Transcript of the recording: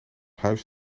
huis